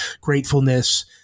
gratefulness